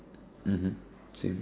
mmhmm same